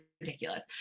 ridiculous